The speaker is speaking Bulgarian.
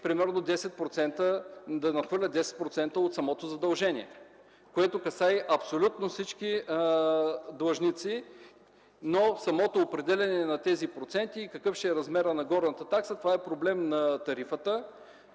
надхвърли 10% от самото задължение, което касае абсолютно всички длъжници. Самото определяне на тези проценти и какъв ще е размерът на горната такса е проблем на тарифата,